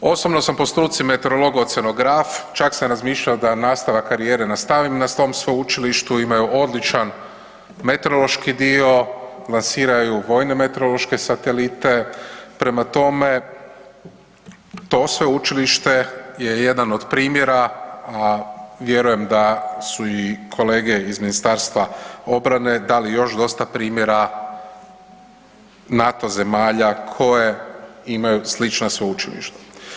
Osobno sam po struci meteorolog, oceanograf čak sam razmišljao da nastavak karijere nastavim na tom sveučilištu, imaju odličan meteorološki dio, lansiraju vojne meteorološke satelite, prema tome to sveučilište je jedan od primjera, a vjerujem da su i kolege iz Ministarstva obrane dali još dosta primjera NATO zemalja koje imaju slična sveučilišta.